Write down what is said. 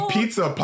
Pizza